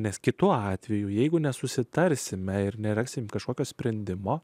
nes kitu atveju jeigu nesusitarsime ir nerasime kažkokio sprendimo